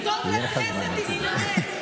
זה טוב לכנסת ישראל.